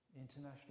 international